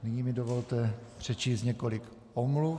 Nyní mi dovolte přečíst několik omluv.